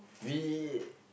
we